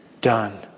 done